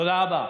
תודה רבה.